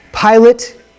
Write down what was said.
Pilate